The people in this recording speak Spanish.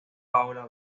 paola